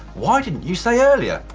why didn't you say earlier?